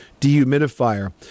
dehumidifier